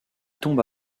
tombe